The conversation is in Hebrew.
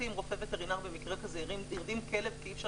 אם רופא וטרינר במקרה כזה הרדים כלב כי אי-אפשר